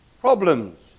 problems